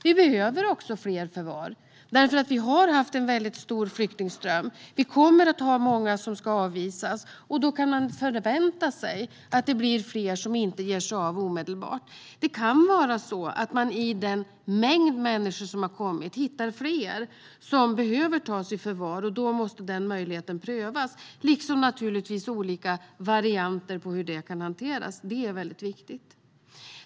Vi behöver också fler förvar eftersom vi har haft en mycket stor flyktingström, och vi kommer att ha många som ska avvisas. Då kan man förvänta sig att det blir fler som inte ger sig av omedelbart. Det kan vara så att man i den mängd människor som har kommit hittar fler som behöver tas i förvar, och då måste den möjligheten prövas, liksom naturligtvis olika varianter på hur det kan hanteras. Det är mycket viktigt.